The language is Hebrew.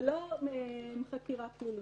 זה לא חקירה פלילית,